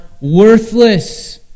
worthless